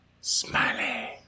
Smiley